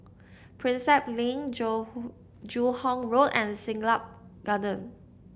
Prinsep Link Joo Hong Road and Siglap Garden